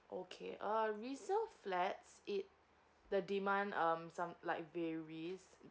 okay uh resale flat it the demand um some like varies